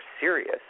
serious